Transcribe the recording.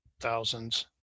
thousands